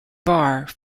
bar